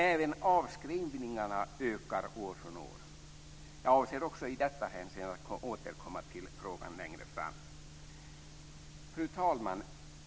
Även avskrivningarna ökar år från år. Jag avser också i detta hänseende att återkomma till frågan längre fram. Fru talman!